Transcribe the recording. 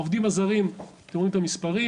העובדים הזרים-תראו את המספרים.